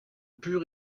put